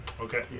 Okay